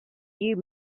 you